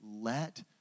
Let